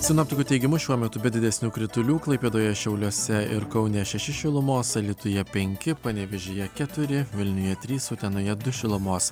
sinoptikų teigimu šiuo metu be didesnių kritulių klaipėdoje šiauliuose ir kaune šeši šilumos alytuje penki panevėžyje keturi vilniuje trys utenoje du šilumos